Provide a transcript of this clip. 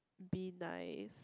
be nice